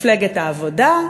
מפלגת העבודה,